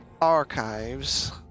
archives